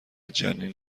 جنین